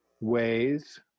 ways